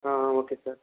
okay sir